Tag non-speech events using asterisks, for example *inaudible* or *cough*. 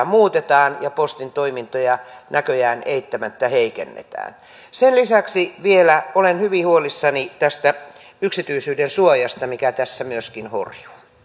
*unintelligible* muutetaan ja postin toimintoja näköjään eittämättä heikennetään sen lisäksi vielä olen hyvin huolissani tästä yksityisyydensuojasta mikä tässä myöskin horjuu